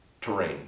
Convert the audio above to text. terrain